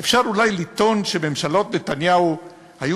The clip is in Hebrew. אפשר אולי לטעון שממשלות נתניהו היו